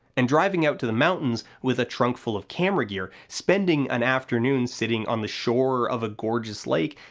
and driving out to the mountains with a trunk full of camera gear, spending an afternoon sitting on the shore of a gorgeous lake,